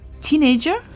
Teenager